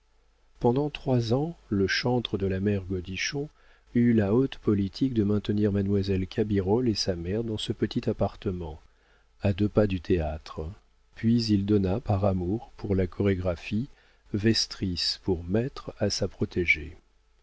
pendant trois ans le chantre de la mère godichon eut la haute politique de maintenir mademoiselle cabirolle et sa mère dans ce petit appartement à deux pas du théâtre puis il donna par amour pour la chorégraphie vestris pour maître à sa protégée